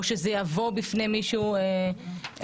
או שזה יבוא בפני מישהו אחר?